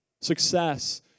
Success